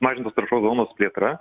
mažintos taršos zonos plėtra